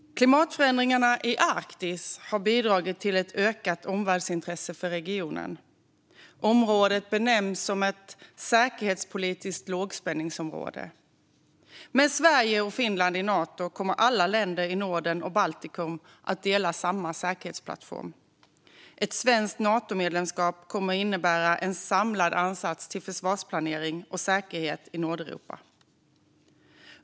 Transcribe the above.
Klimatförändringarna i Arktis har bidragit till ett ökat omvärldsintresse för regionen. Området benämns som ett säkerhetspolitiskt lågspänningsområde. Med Sverige och Finland i Nato kommer alla länder i Norden och Baltikum att dela samma säkerhetsplattform. Ett svenskt Natomedlemskap kommer att innebära en samlad ansats till försvarsplanering och säkerhet i Nordeuropa.